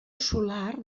solar